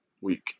week